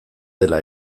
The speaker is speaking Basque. dela